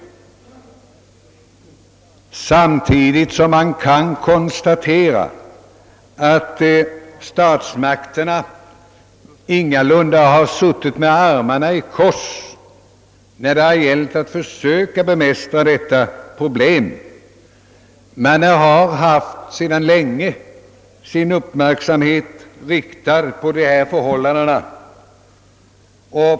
Samtidigt kan man konstatera, att statsmakterna ingalunda har suttit med armarna i kors när det gällt att försöka bemästra detta problem. De har sedan länge haft sin uppmärksamhet riktad på dessa förhållanden.